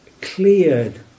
cleared